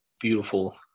beautiful